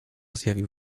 zjawił